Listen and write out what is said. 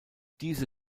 diese